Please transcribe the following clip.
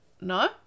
no